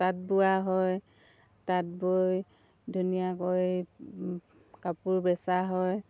তাঁত বোৱা হয় তাঁত বৈ ধুনীয়াকৈ কাপোৰ বেচা হয়